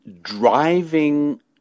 driving